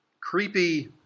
creepy